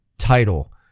title